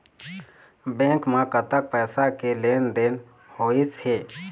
Bank म कतक पैसा के लेन देन होइस हे?